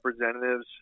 representatives